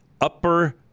upper